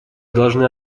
должны